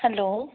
hello